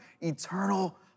eternal